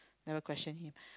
never question him